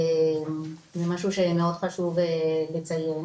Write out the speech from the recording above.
זה משהו שמאוד חשוב לציין.